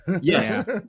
yes